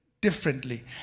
differently